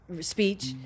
speech